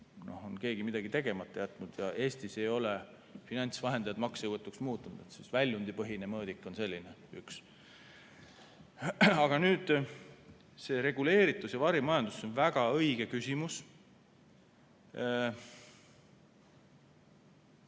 siis keegi on midagi tegemata jätnud. Eestis ei ole finantsvahendajad maksejõuetuks muutunud. Üks väljundipõhine mõõdik on selline. Aga nüüd see reguleeritus ja varimajandus – see on väga õige küsimus.